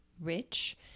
rich